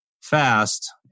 fast